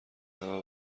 همه